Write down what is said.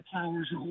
hours